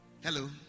hello